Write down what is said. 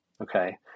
okay